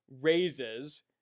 raises